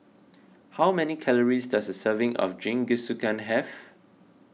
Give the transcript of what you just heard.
how many calories does a serving of Jingisukan have